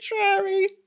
contrary